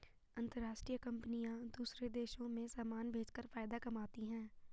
अंतरराष्ट्रीय कंपनियां दूसरे देशों में समान भेजकर फायदा कमाती हैं